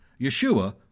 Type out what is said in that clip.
Yeshua